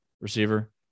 receiver